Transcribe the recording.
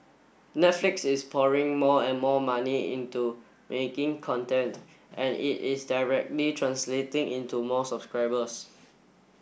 Netflix is pouring more and more money into making content and it is directly translating into more subscribers